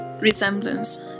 resemblance